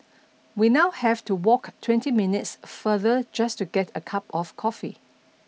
we now have to walk twenty minutes farther just to get a cup of coffee